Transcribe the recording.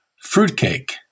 fruitcake